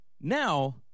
Now